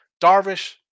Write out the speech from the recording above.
Darvish